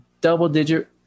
double-digit